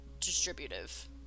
distributive